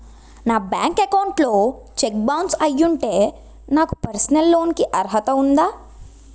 నా bank account లో cheque bounce అయ్యి ఉంటే నాకు పర్సనల్ లోన్ కీ అర్హత ఉందా?